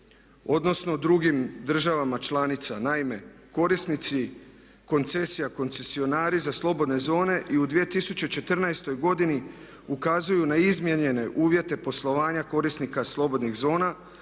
odnosno drugim državama članicama. Naime, korisnici koncesija, koncesionari za slobodne zone i u 2014. godini ukazuju na izmijenjene uvjete poslovanja korisnika slobodnih zona